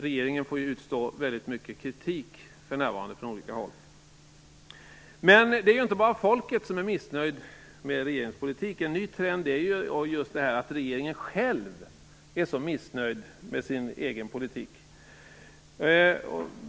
Regeringen får för närvarande utstå väldigt mycket kritik från olika håll. Men det är inte bara folket som är missnöjt med regeringens politik. En ny trend är ju just att regeringen själv är så missnöjd med sin egen politik.